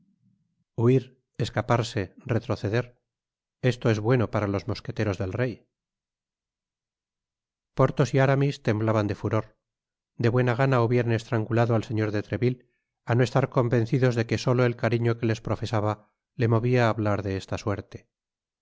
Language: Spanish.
fluir escaparse retroceder esto es bueno para los mosqueteros del rey content from google book search generated at porthos y araruis temblaban de furor de buena gana hubieran estrangulado al señor de treville á no estar convencidos de que solo el cariño que les profesaba le movia á hablar de esta suerte